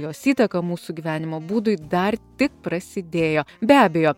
jos įtaka mūsų gyvenimo būdui dar tik prasidėjo be abejo